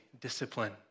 discipline